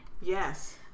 Yes